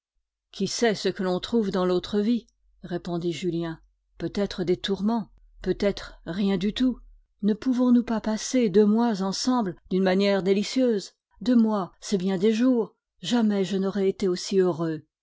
qui sait ce que l'on trouve dans l'autre vie répondit julien peut-être des tourments peut-être rien du tout ne pouvons-nous pas passer deux mois ensemble d'une manière délicieuse deux mois c'est bien des jours jamais je n'aurai été aussi heureux